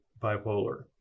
bipolar